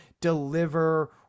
deliver